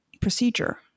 procedure